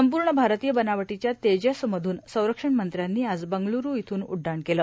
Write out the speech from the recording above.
संपूर्ण भारतीय बनावटीच्या तेजस मधून संरक्षणमंयिांनी आज बंगळूरू स्थून उड्डाण केलं